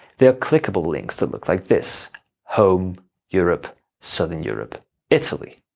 they are clickable links that look like this home europe southern europe italy.